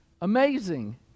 amazing